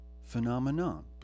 phenomenon